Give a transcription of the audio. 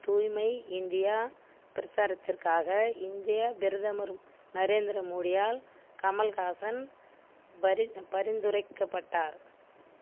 தூய்மை இந்தியா பிரச்சாரத்திற்காக இந்திய பிரதமர் நரேந்திர மோடியால் கமல்ஹாசன் பரி பரிந்துரைக்கப்பட்டார்